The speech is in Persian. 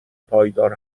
پایدار